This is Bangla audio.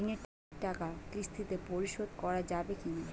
ঋণের টাকা কিস্তিতে পরিশোধ করা যাবে কি না?